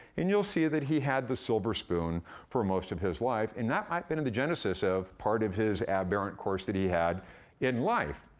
and you'll see that he had the silver spoon for most of his life, and that might've been the genesis of part of his aberrant course that he had in life.